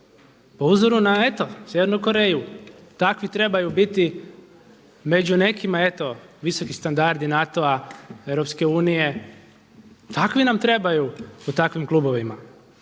po uzoru na eto Sjevernu Koreju. Takvi trebaju biti među nekima eto visoki standardi NATO-a, Europske unije, takvi nam trebaju u takvim klubovima.